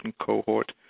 cohort